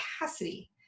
capacity